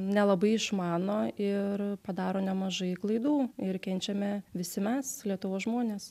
nelabai išmano ir padaro nemažai klaidų ir kenčiame visi mes lietuvos žmonės